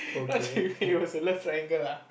what three way it was a love triangle ah